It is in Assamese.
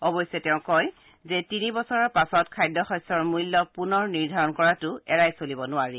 অৱশ্যে তেওঁ কয় যে তিনি বছৰৰ পাছত খাদ্য শস্যৰ মূল্য পূনৰ নিৰ্ধাৰণ কৰাটো এৰাই চলিব নোৱাৰি